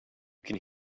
can